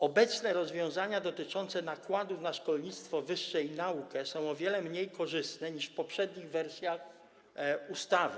Obecne rozwiązania dotyczące nakładów na szkolnictwo wyższe i naukę są o wiele mniej korzystne niż w poprzednich wersjach ustawy.